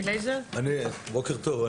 בוקר טוב.